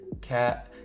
Cat